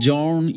John